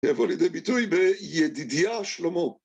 יבוא לידי ביטוי ב-ידידיה ושלמה